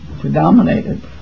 predominated